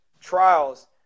trials